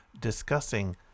discussing